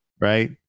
Right